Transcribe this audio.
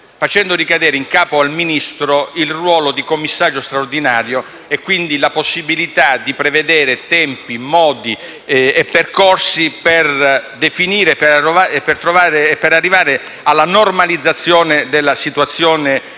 facendo ricadere in capo al Ministro il ruolo di commissario straordinario e quindi la possibilità di prevedere tempi, modi e percorsi per arrivare alla normalizzazione della situazione